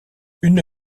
une